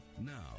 now